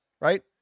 right